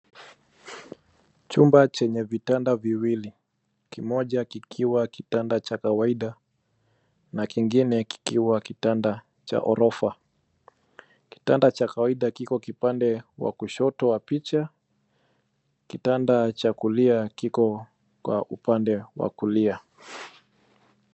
Chumba chenye vitanda viwili kimoja kikiwa kitanda cha kawaida na kingine kikiwa kitanda cha ghorofa. Kitanda cha kawaida kiko kipande wa kushoto wa picha, kitanda cha kulia kiko kwa upande wa kulia.